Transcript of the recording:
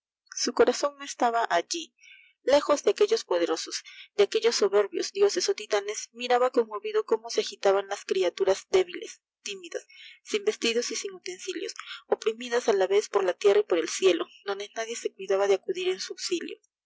su corazan no estaba alli lejos de aquellos poderosos de aquellos soberbios dioses ó t tanes miraba conmovido cómo se agitaban las criaturas débiles tímidas sin vestidos y lin utensilios oprimidas la vez por la tierra y por el cielo donde nadie se cuidaba de acudir en su auxilio